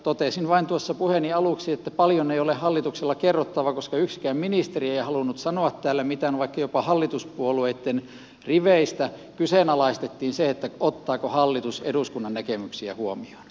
totesin vain tuossa puheeni aluksi että paljon ei ole hallituksella kerrottavaa koska yksikään ministeri ei halunnut sanoa täällä mitään vaikka jopa hallituspuolueitten riveistä kyseenalaistettiin se ottaako hallitus eduskunnan näkemyksiä huomioon